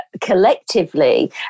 collectively